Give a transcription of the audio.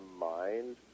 mind